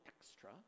extra